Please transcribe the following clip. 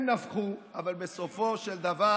הם נבחו, אבל בסופו של דבר